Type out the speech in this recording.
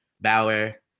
Bauer